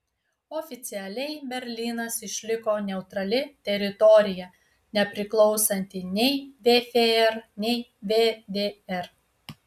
oficialiai berlynas išliko neutrali teritorija nepriklausanti nei vfr nei vdr